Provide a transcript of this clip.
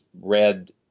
read